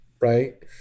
right